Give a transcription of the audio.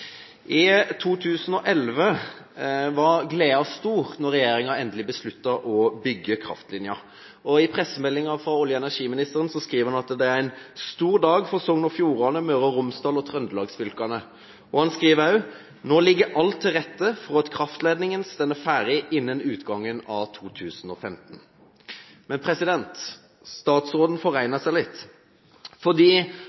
I 2011 var gleden stor da regjeringen endelig besluttet å bygge kraftlinjen. I pressemeldingen fra olje- og energiministeren skriver han at det er «en stor dag for Sogn og Fjordane, Møre og Romsdal og Trøndelagsfylkene». Han skriver også: «Nå ligger alt til rette for at kraftledningen står ferdig innen utgangen av 2015.» Men statsråden